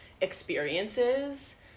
experiences